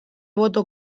boto